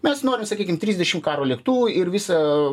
mes norim sakykim trisdešim karo lėktuvų ir visą